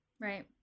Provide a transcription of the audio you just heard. Right